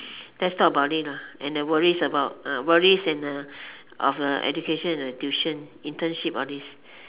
let's talk about it and the worries about worries and of education and tuition internship all these